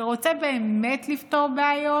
שרוצה באמת לפתור בעיות?